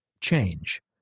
Change